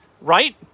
right